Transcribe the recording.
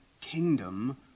kingdom